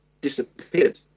disappeared